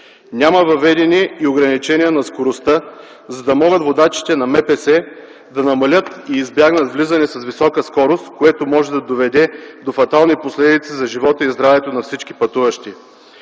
няма въведени и ограничения на скоростта, за да могат водачите на МПС да намалят и избягнат влизане с висока скорост, което може да доведе до фатални последици за живота и здравето на всички пътуващи.